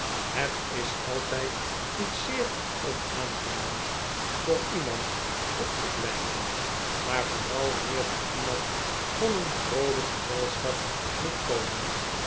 het is altijd iets zeer onaangenaams voor iemand op te blijven maar vooral wanneer die iemand van een vroolijk gezelschap moet komen